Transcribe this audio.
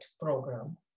program